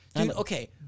okay